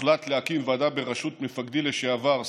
הוחלט להקים ועדה בראשות מפקדי לשעבר,